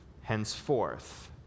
henceforth